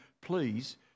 please